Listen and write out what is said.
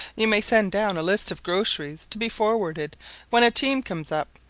you may send down a list of groceries to be forwarded when a team comes up,